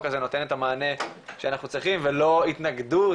הזה נותן את המענה שאנחנו צריכים ולא התנגדות